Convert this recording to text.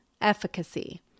efficacy